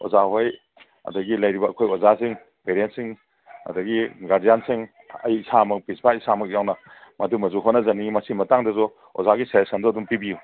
ꯑꯣꯖꯥ ꯍꯣꯏ ꯑꯗꯒꯤ ꯂꯩꯔꯤꯕ ꯑꯩꯈꯣꯏ ꯑꯣꯖꯥꯁꯤꯡ ꯄꯦꯔꯦꯟꯁꯁꯤꯡ ꯑꯗꯒꯤ ꯒꯥꯔꯖꯤꯌꯥꯟꯁꯤꯡ ꯑꯩ ꯏꯁꯥꯃꯛ ꯄ꯭ꯔꯤꯟꯁꯤꯄꯥꯜ ꯏꯁꯥꯃꯛ ꯌꯥꯎꯅ ꯃꯗꯨꯃꯁꯨ ꯍꯣꯠꯅꯖꯅꯤꯡꯉꯤ ꯃꯁꯤꯒꯤ ꯃꯇꯥꯡꯗꯁꯨ ꯑꯣꯖꯥꯒꯤ ꯁꯖꯦꯁꯟꯗꯣ ꯑꯗꯨꯝ ꯄꯤꯕꯤꯌꯨ